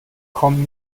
kommen